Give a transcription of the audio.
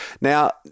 Now